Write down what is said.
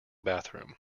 bathroom